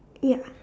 ya